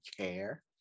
care